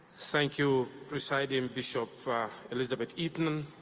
thank you presiding bishop elizabeth eaton,